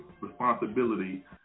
responsibility